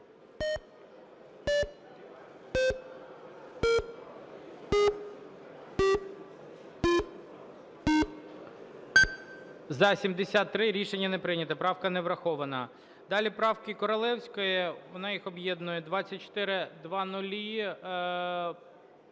За-73 Рішення не прийнято. Правка не врахована. Далі правки Королевської. Вона їх об'єднує. 2400.